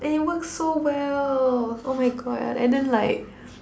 and it works so well oh my God and then like